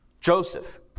Joseph